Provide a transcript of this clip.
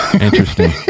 Interesting